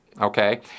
okay